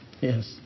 yes